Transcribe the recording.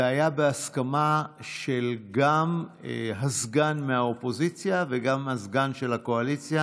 זה היה בהסכמה גם של הסגן מהאופוזיציה וגם הסגן של הקואליציה,